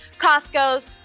Costco's